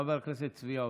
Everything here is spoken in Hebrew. חבר הכנסת צבי האוזר.